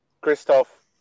Christoph